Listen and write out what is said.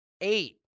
Eight